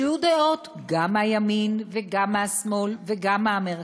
שיהיו דעות גם מהימין, גם מהשמאל וגם מהמרכז,